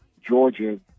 Georgia